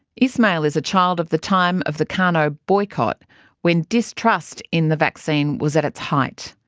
ismail is a child of the time of the kano boycott when distrust in the vaccine was at its height.